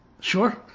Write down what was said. Sure